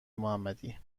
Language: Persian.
محمدی